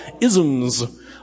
isms